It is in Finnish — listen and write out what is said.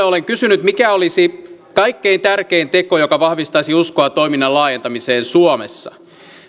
olen kysynyt mikä olisi kaikkein tärkein teko joka vahvistaisi uskoa toiminnan laajentamiseen suomessa